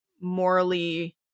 morally